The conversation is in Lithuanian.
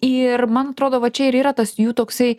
ir man atrodo va čia ir yra tas jų toksai